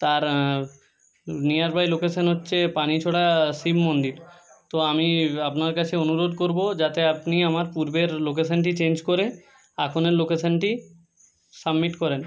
তার nearby location হচ্ছে পানিছোড়া শিব মন্দির তো আমি আপনার কাছে অনুরোধ করব যাতে আপনি আমার পূর্বের লোকেশানটি চেঞ্জ করে এখনের লোকেশানটি সাবমিট করেন